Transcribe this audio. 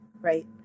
Right